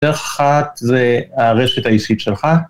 דרך אחת זה הרשת האישית שלך.